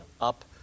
up